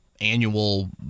annual